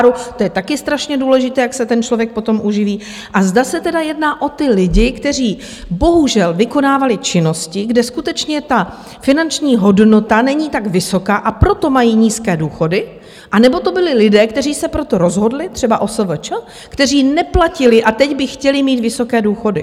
To je také strašně důležité, jak se ten člověk potom uživí, a zda se tedy jedná o ty lidi, kteří bohužel vykonávali činnosti, kde skutečně ta finanční hodnota není tak vysoká, a proto mají nízké důchody, anebo ty byli lidé, kteří se pro to rozhodli, třeba OSVČ, kteří neplatili a teď by chtěli mít vysoké důchody.